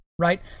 Right